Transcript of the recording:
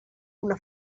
una